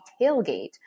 tailgate